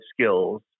skills